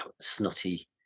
snotty